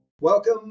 Welcome